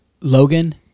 Logan